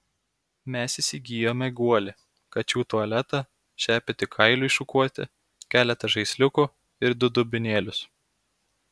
mes įsigijome guolį kačių tualetą šepetį kailiui šukuoti keletą žaisliukų ir du dubenėlius